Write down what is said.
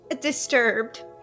Disturbed